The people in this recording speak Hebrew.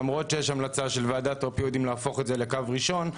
למרות שיש המלצה של ועדת אופיואידים להפוך את זה לקו ראשון,